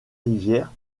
rivières